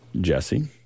Jesse